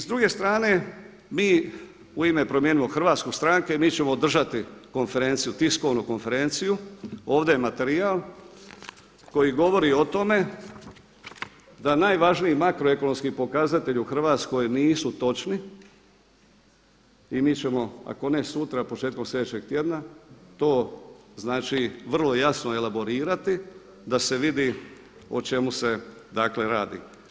S druge strane mi u ime Promijenimo Hrvatsku stranke, mi ćemo održati konferenciju, tiskovnu konferenciju, ovdje je materijal koji govori o tome da najvažniji makroekonomski pokazatelji u Hrvatskoj nisu točni i mi ćemo ako ne sutra početkom sljedećeg tjedna to znači vrlo jasno elaborirati da se vidi o čemu se dakle radi.